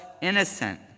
innocent